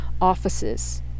offices